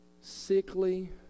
sickly